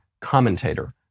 commentator